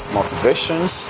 motivations